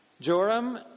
Joram